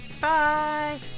Bye